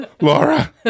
Laura